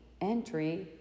entry